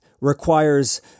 requires